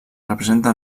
representa